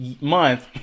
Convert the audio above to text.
month